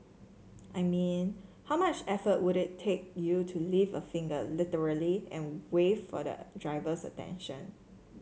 I mean how much effort would it take you to lift a finger literally and wave for the driver's attention